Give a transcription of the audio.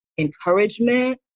encouragement